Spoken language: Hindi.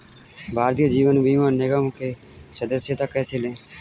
भारतीय जीवन बीमा निगम में सदस्यता कैसे लें?